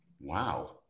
Wow